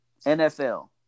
NFL